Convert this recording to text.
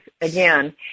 again